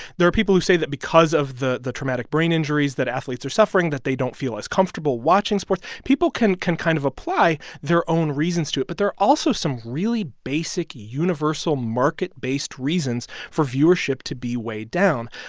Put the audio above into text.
there are people who say that because of the the traumatic brain injuries that athletes are suffering that they don't feel as comfortable watching sports. people can can kind of apply their own reasons to it. but there are also some really basic, universal, market-based reasons for viewership to be way down.